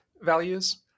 values